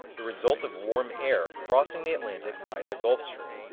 the result of warm air crossing the atlantic via the gulf stream.